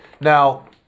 Now